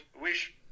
wish